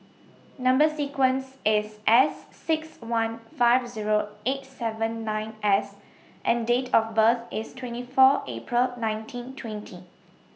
Number sequence IS S six one five Zero eight seven nine S and Date of birth IS twenty four April nineteen twenty